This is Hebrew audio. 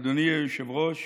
אדוני היושב-ראש,